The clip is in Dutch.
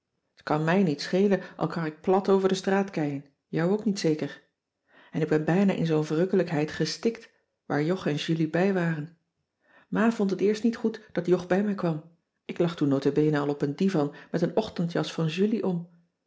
t kan mij niets schelen al kar ik plat over de straatkeien jou ook niet zeker en ik ben bijna in zoo'n verrukkelijkheid gestikt waar jog en julie bij waren ma vond het eerst niet goed dat jog bij mij kwam ik lag toen nota bene al op een divan met een ochtendjas van julie om